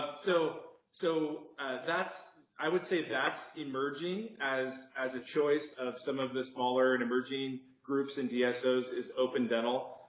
so so that's i would say that's emerging as as a choice of some of the smaller and emerging groups and yeah dsos is open dental.